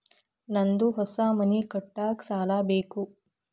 ನಂದು ಹೊಸ ಮನಿ ಕಟ್ಸಾಕ್ ಸಾಲ ಬೇಕು